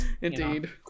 Indeed